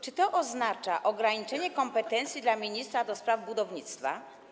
Czy to oznacza ograniczenie kompetencji ministra do spraw budownictwa?